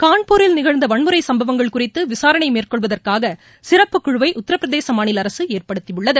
கான்பூரில் நிகழ்ந்த வன்முறை சும்பவங்கள் குறித்து விசாரணை மேற்கொள்வதற்காக சிறப்புக் குழுவை உத்திரபிரதேச மாநில அரசு ஏற்படுத்தியுள்ளது